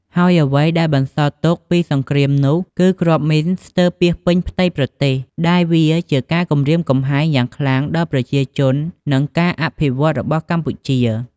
ហើយអ្វីដែលបន្សល់ទុកពីសង្គ្រាមនោះគឺ គ្រាប់មីនស្ទើពាសពេញផ្ទៃប្រទេស ដែលវាជាការគំរាមកំហែងយ៉ាងខ្លាំងដល់ប្រជាជន និងការអភិវឌ្ឍនរបស់កម្ពុជា។